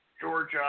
Georgia